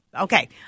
okay